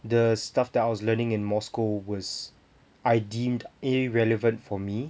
the stuff that I was learning in moscow was I deemed irrelevant for me